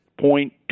point